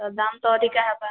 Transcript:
ତ ଦାମ୍ ତ ଅଧିକା ହେବା